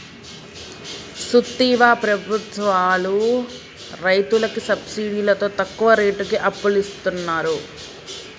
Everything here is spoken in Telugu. సూత్తివా ప్రభుత్వాలు రైతులకి సబ్సిడితో తక్కువ రేటుకి అప్పులిస్తున్నరు